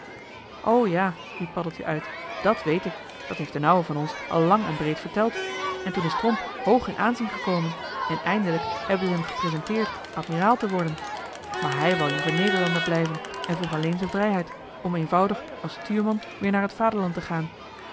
ja riep paddeltje uit dàt weet ik dat heeft d'n ouwe van ons al lang en breed verteld en toen is tromp hoog in aanzien gekomen en eindelijk hebben ze m gepresenteerd admiraal te worden joh h been paddeltje de scheepsjongen van michiel de ruijter maar hij wou liever nederlander blijven en vroeg alleen z'n vrijheid om eenvoudig als stuurman weer naar t vaderland te gaan